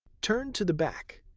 turn to the back.